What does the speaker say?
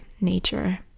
nature